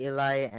Eli